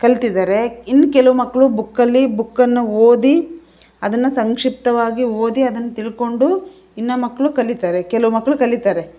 ಕಲ್ತಿದ್ದಾರೆ ಇನ್ನೂ ಕೆಲವು ಮಕ್ಕಳು ಬುಕ್ಕಲ್ಲಿ ಬುಕ್ಕನ್ನು ಓದಿ ಅದನ್ನು ಸಂಕ್ಷಿಪ್ತವಾಗಿ ಓದಿ ಅದನ್ನು ತಿಳ್ಕೊಂಡು ಇನ್ನೂ ಮಕ್ಕಳು ಕಲೀತಾರೆ ಕೆಲವು ಮಕ್ಕಳು ಕಲೀತಾರೆ